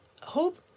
Hope